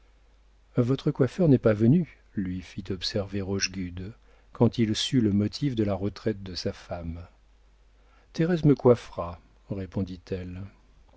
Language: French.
votre coiffeur n'est pas venu lui fit observer rochegude quand il sut le motif de la retraite de sa femme thérèse me coiffera répondit-elle